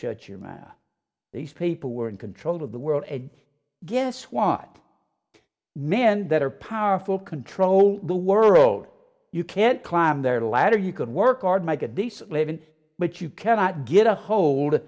shut your mouth these people were in control of the world and guess what men that are powerful control the world you can climb their ladder you can work hard make a decent living but you cannot get a hold